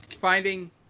Finding